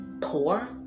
poor